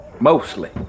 Mostly